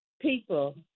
people